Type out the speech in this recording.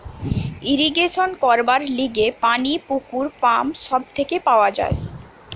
irrigation করবার লিগে পানি পুকুর, পাম্প সব থেকে পাওয়া যায়